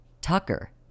Tucker